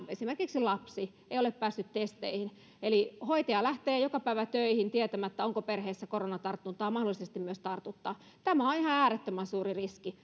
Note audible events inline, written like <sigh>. esimerkiksi lapsi niin ei ole päässyt testeihin eli hoitaja lähtee joka päivä töihin tietämättä onko perheessä koronatartuntaa mahdollisesti myös tartuttaa tämä on on ihan äärettömän suuri riski <unintelligible>